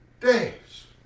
days